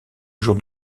jours